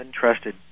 untrusted